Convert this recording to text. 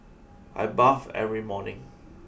I bathe every morning